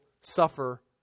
suffer